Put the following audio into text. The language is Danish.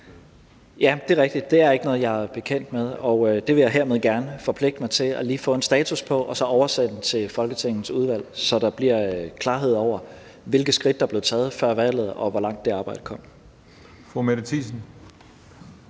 det er rigtigt, det er ikke noget, jeg er bekendt med, og det vil jeg hermed gerne forpligte mig til lige at få en status for, som jeg oversender til Folketingets udvalg, så der bliver klarhed over, hvilke skridt der blev taget før valget, og hvor langt det arbejde kom.